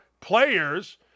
players